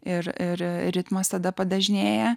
ir ritmas tada padažnėja